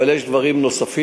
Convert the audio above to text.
אבל יש דברים נוספים,